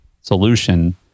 solution